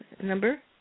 number